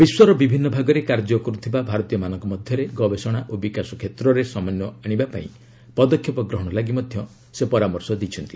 ବିଶ୍ୱର ବିଭିନ୍ନ ଭାଗରେ କାର୍ଯ୍ୟ କରୁଥିବା ଭାରତୀୟମାନଙ୍କ ମଧ୍ୟରେ ଗବେଷଣା ଓ ବିକାଶ କ୍ଷେତ୍ରରେ ସମନ୍ୟ ଆଣିବା ପାଇଁ ପଦକ୍ଷେପ ଗ୍ରହଣ ଲାଗି ମଧ୍ୟ ସେ ପରାମର୍ଶ ଦେଇଛନ୍ତି